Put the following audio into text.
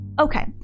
Okay